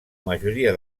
majoria